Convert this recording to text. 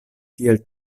tiel